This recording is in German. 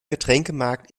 getränkemarkt